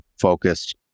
focused